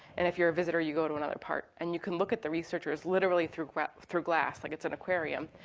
and if you're a visitor, you go to another part. and you can look at the researchers literally through glass through glass like it's an aquarium.